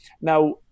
Now